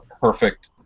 perfect